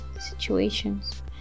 situations